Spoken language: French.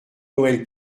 noël